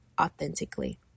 authentically